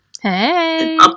Hey